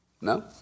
No